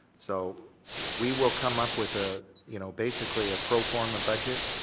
so we will come up with a, you know, basically ah perform a budget